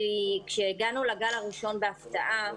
כשהגענו לגל הראשון בהפתעה,